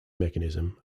mechanism